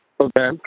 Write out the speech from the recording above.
Okay